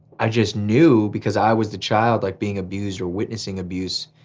i just knew because i was the child like being abused or witnessing abuse,